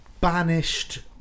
banished